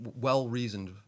well-reasoned